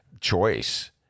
choice